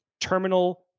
terminal